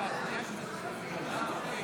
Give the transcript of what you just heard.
כעת נצביע על?